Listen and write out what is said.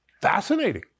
Fascinating